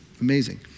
amazing